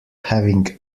having